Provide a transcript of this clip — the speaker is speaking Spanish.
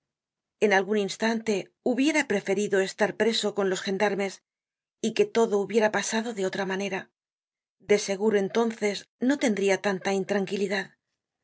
en algun instante hubiera preferido estar preso con los gendarmes y que todo hubiera pasado de otra manera de seguro entonces no tendria tanta intranquilidad